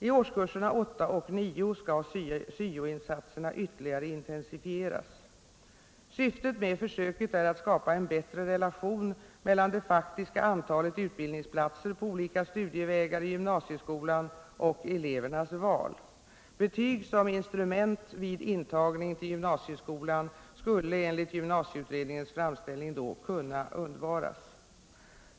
I årskurserna 8 och 9 skall SYO-insatserna ytterligare intensifieras. Syftet med försöket är att skapa en bättre relation mellan det faktiska antalet utbildningsplatser på olika studievägar i gymnasieskolan och elevernas val. Betyg som instrument vid intagning till gymnasieskolan skulle enligt gymnasieutredningens framställning då kunna undvaras.